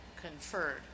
conferred